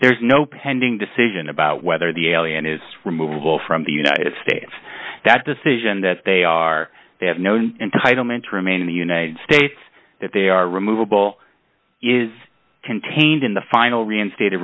there's no pending decision about whether the alien is removal from the united states that decision that they are they have no entitlement to remain in the united states that they are removable is contained in the final reinstated